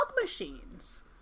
machines